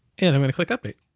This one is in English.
and i'm gonna click update.